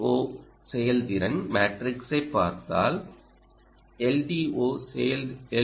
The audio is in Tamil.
ஓ செயல்திறன் மேட்ரிக்ஸைப் பார்த்தால் எல்